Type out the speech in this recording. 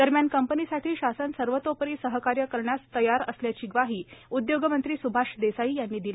दरम्यान कंपनीसाठी शासन सर्वतोपरी सहकार्य करण्यास तयार असल्याची ग्वाही उद्योगमंत्री सुभाष देसाई यांनी दिली